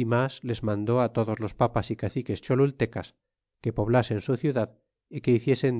ú mas les mandó it todos los papas é caciques cholultecas que poblasen su ciudad é que hiciesen